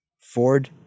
Ford